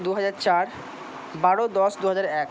দুহাজার চার বারো দশ দুহাজার এক